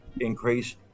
increase